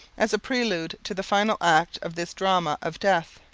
as a prelude to the final act of this drama of death.